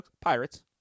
Pirates